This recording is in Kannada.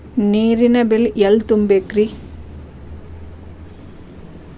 ನೇರಿನ ಬಿಲ್ ಎಲ್ಲ ತುಂಬೇಕ್ರಿ?